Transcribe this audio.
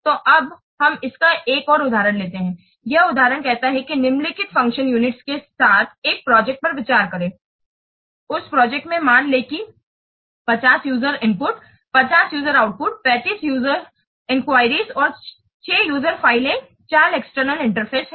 तो अब हम इसका एक और उदाहरण लेते हैं यह उदाहरण कहता है कि निम्नलिखित फंक्शनलस यूनिट के साथ एक प्रोजेक्ट पर विचार करें उस प्रोजेक्ट में मान लें कि 50 users input 40 users output 35 users enquiries और 6 यूजरस फाइलें 4 एक्सटर्नल इंटरफेस हैं